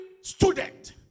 student